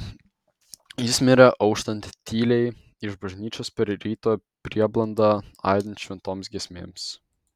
jis mirė auštant tyliai iš bažnyčios per ryto prieblandą aidint šventoms giesmėms